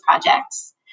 projects